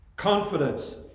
confidence